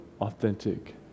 authentic